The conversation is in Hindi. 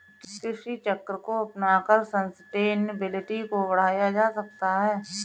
कृषि चक्र अपनाकर सस्टेनेबिलिटी को बढ़ाया जा सकता है